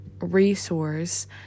resource